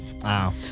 Wow